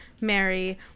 Mary